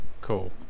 Cool